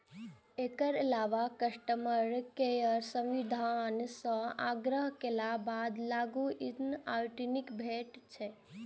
एकर अलावा customer care service सं आग्रह केलाक बाद लॉग इन आई.डी भेटि सकैए